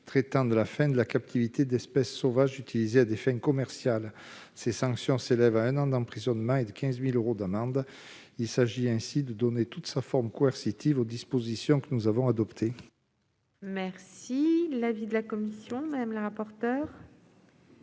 traitant de la fin de la captivité d'espèces sauvages utilisées à des fins commerciales. Ces sanctions s'élèveraient à un an d'emprisonnement et à 15 000 euros d'amende. Cela permettrait de donner toute leur force coercitive aux dispositions que nous avons adoptées. Quel est l'avis de la commission sur l'amendement